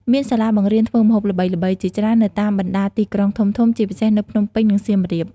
មានសាលាបង្រៀនធ្វើម្ហូបល្បីៗជាច្រើននៅតាមបណ្ដាទីក្រុងធំៗ ជាពិសេសនៅភ្នំពេញ និងសៀមរាប ។